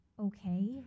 okay